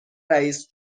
رییس